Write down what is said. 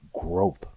growth